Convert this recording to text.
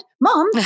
mom